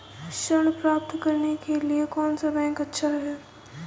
ऋण प्राप्त करने के लिए कौन सा बैंक अच्छा है?